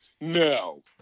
No